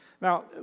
Now